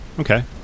Okay